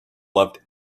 loved